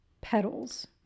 petals